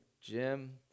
Jim